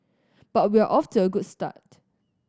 but we're off to a good start